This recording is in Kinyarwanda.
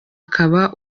akaba